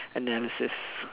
analysis